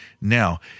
now